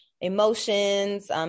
emotions